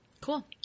Cool